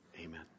Amen